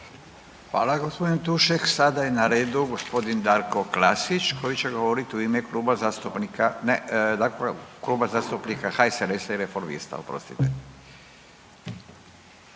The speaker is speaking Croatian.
Hvala gospodin Tušek. Sada je na redu gospodin Darko Klasić koji će govoriti u ime kluba zastupnika, ne, dakle